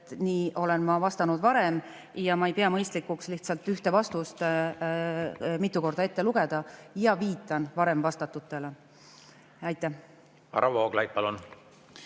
Nii olen ma vastanud varem ja ma ei pea mõistlikuks lihtsalt ühte vastust mitu korda ette lugeda ja viitan varem vastatule. Varro